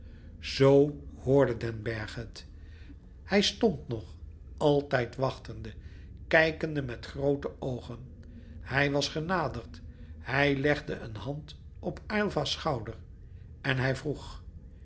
hoorde den bergh het hij stond nog altijd wachtende kijkende met groote oogen hij was genaderd hij legde een hand op aylva's schouder en hij vroeg